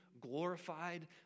glorified